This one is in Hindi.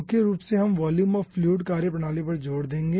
मुख्य रूप से हम वॉल्यूम ऑफ़ फ्लूइड कार्यप्रणाली पर जोर देंगे